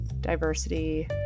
diversity